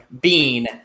Bean